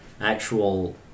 actual